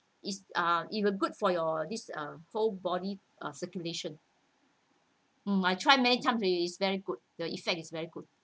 it's uh it will good for your this uh whole body uh circulation hmm I tried many times already it's very good the effect is very good